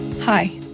Hi